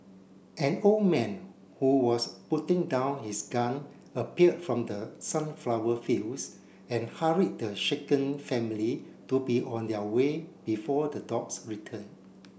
an old man who was putting down his gun appeared from the sunflower fields and hurried the shaken family to be on their way before the dogs return